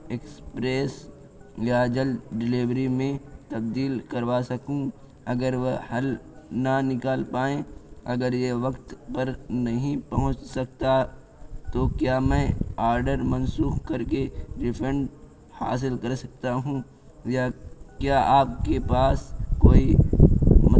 express یا جلد delivery میں تبدیل کروا سکوں اگر وہ حل نہ نکال پائیں اگر یہ وقت پر نہیں پہنچ سکتا تو کیا میں آرڈر منسوخ کر کے ریفنڈ حاصل کر سکتا ہوں یا کیا آپ کے پاس کوئی